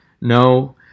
No